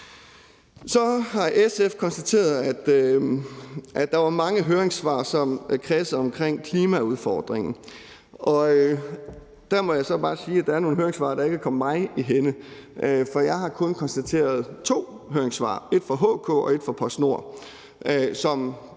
Så har SF konstateret, at der var mange høringssvar, som kredsede omkring klimaudfordringen, og der må jeg så bare sige, at der er nogle høringssvar, der ikke er kommet mig i hænde, for jeg har kun konstateret to høringssvar, som nævner klimaet, nemlig et fra HK og et fra PostNord.